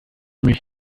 mich